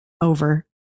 over